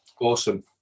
Awesome